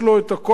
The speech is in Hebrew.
שהיא